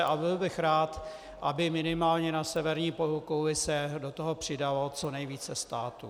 A byl bych rád, aby minimálně na severní polokouli se do toho přidalo co nejvíce států.